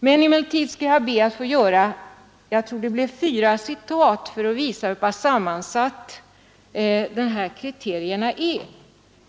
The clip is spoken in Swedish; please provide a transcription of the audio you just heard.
Jag skall emellertid be att få göra fyra citat för att visa hur sammansatta de här kriterierna är.